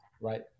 right